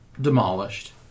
demolished